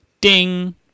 Ding